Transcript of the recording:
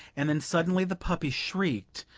and then suddenly the puppy shrieked,